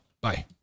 Bye